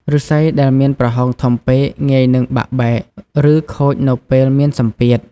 ឫស្សីដែលមានប្រហោងធំពេកងាយនឹងបាក់បែក ឬខូចនៅពេលមានសម្ពាធ។